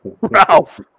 Ralph